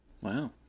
wow